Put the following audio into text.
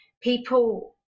people